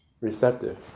receptive